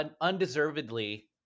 undeservedly